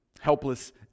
Helpless